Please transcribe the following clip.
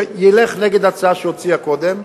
ילך נגד ההצעה שהוא הציע קודם.